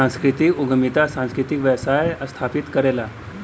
सांस्कृतिक उद्यमिता सांस्कृतिक व्यवसाय स्थापित करला